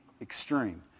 extreme